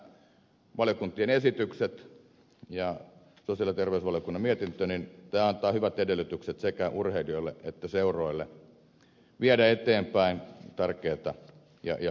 minä näen että nämä valiokuntien esitykset ja sosiaali ja terveysvaliokunnan mietintö antavat hyvät edellytykset sekä urheilijoille että seuroille viedä eteenpäin tärkeätä ja hyvää toimintaa